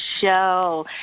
show